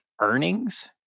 earnings